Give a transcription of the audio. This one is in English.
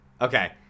Okay